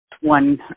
one